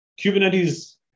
Kubernetes